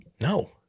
No